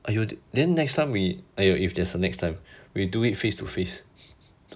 !aiyo! then next time we !aiyo! if there's a next time we do it face to face